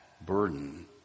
burden